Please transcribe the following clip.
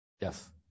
Yes